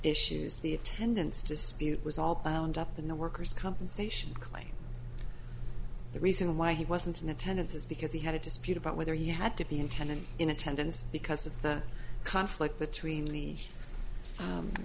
issues the attendance dispute was all bound up in the worker's compensation claim the reason why he wasn't in attendance is because he had a dispute about whether he had to be in tenant in attendance because of the conflict between the